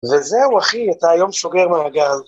‫וזהו, אחי, אתה היום סוגר מעגל.